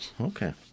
Okay